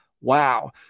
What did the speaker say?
Wow